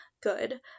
good